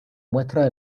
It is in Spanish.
muestras